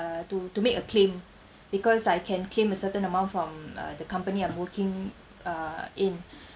to to make a claim because I can claim a certain amount from uh the company I'm working uh in